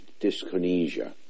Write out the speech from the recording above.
dyskinesia